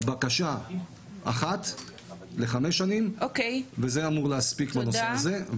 אבל בקשה אחת לחמש שנים וזה אמור להספיק בנושא הזה.